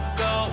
go